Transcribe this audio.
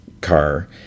car